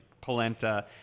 polenta